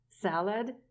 salad